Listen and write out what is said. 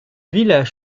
village